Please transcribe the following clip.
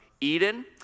Eden